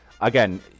Again